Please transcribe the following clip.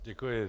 Děkuji.